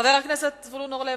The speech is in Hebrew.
חבר הכנסת זבולון אורלב,